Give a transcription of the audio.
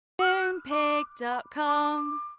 Moonpig.com